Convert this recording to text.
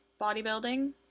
bodybuilding